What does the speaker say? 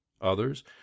Others